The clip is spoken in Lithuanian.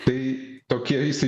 tai tokiais